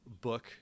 book